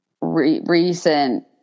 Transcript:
recent